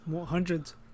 hundreds